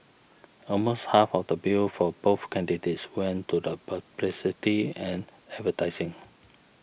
almost half of the bill for both candidates went to the publicity and advertising